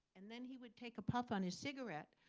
and then he would take a puff on his cigarette,